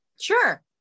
Sure